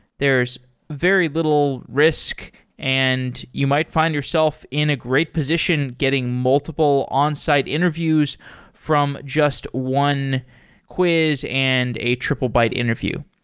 there's very little risk and you might find yourself in a great position getting multiple onsite interviews from just one quiz and a triplebyte interview.